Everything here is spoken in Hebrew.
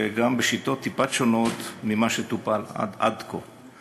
וגם בשיטות טיפה שונות מאלו שבהן הוא טופל עד כה.